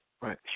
Right